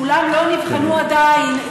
כולם לא נבחנו עדיין,